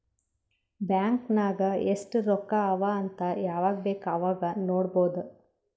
bank ನಾಗ್ ಎಸ್ಟ್ ರೊಕ್ಕಾ ಅವಾ ಅಂತ್ ಯವಾಗ ಬೇಕ್ ಅವಾಗ ನೋಡಬೋದ್